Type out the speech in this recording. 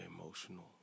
emotional